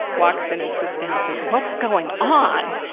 walks in and sits down says what's going on?